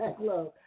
love